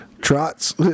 Trots